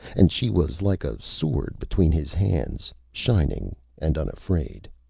and she was like a sword between his hands, shining and unafraid.